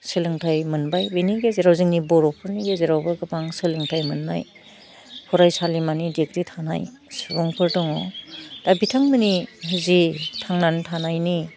सोलोंथाइ मोनबाय बिनि गेजेराव जोंनि बर'फोरनि गेजेरावबो गोबां सोलोंथाइ मोन्नाय फरायसालिमानि दिग्रि थानाय सुबुंफोर दङ दा बिथांमोननि निजे थांनानै थानायनि